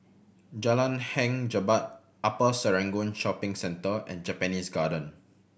Jalan Hang Jebat Upper Serangoon Shopping Centre and Japanese Garden